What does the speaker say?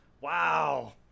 Wow